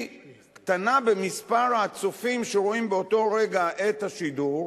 קטנה במספר הצופים שרואים באותו רגע את השידור,